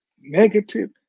negative